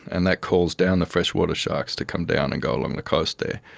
and that calls down the freshwater sharks to come down and go along the coast there.